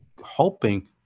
hoping